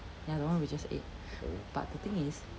ya the one we just ate but the thing is